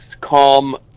calm